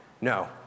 No